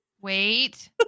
Wait